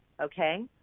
okay